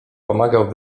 pomagał